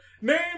name